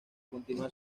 continuar